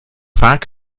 vaak